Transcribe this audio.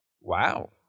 Wow